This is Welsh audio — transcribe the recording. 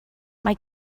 mae